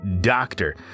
Doctor